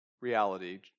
reality